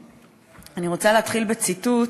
תודה, אני רוצה להתחיל בציטוט